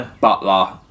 Butler